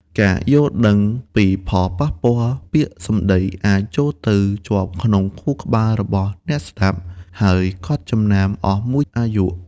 ការយល់ដឹងពីផលប៉ះពាល់ ពាក្យសម្ដីអាច ចូលទៅជាប់ក្នុងខួរក្បាលរបស់អ្នកស្តាប់ ហើយកត់ចំណាំអស់មួយអាយុ។